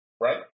right